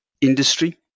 industry